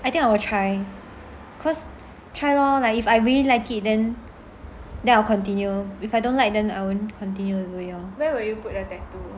I think I will try cause try lor like if I really like it then then I will continue if I don't like then I won't continue